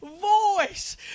voice